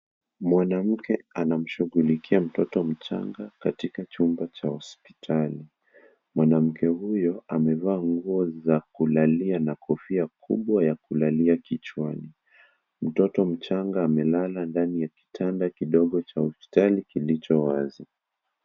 Mwanamke anamshughulikia mtoto mchanga katika chumba cha hospitali. Mwanamke huyo amevaa nguo za kulalia na kofia kubwa ya kulalia kichwani. Mtoto mchanga amelala ndani ya kitanda kidogo cha hospitali kilicho wazi.